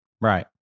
Right